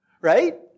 Right